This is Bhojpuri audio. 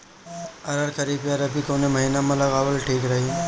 अरहर खरीफ या रबी कवने महीना में लगावल ठीक रही?